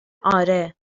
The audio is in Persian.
آره